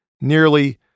nearly